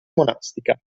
monastica